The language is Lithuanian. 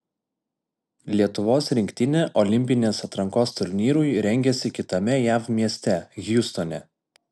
lietuvos rinktinė olimpinės atrankos turnyrui rengiasi kitame jav mieste hjustone